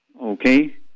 Okay